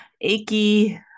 achy